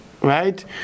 right